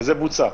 וזה בוצע.